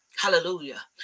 Hallelujah